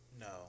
No